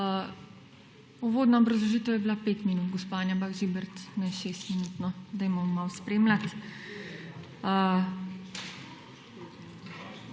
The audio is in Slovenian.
Uvodna obrazložitev je bila 5 minut, gospa Anja Bah Žibert, ne 6 minut. Dajmo malo spremljati.